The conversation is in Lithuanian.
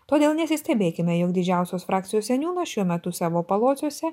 todėl nesistebėkime jog didžiausios frakcijos seniūnas šiuo metu savo palociuose